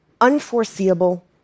unforeseeable